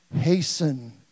hasten